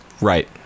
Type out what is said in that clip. Right